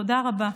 תודה רבה.